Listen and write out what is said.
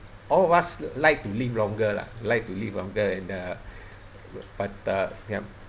all of us like to live longer lah like to live longer and the but but yup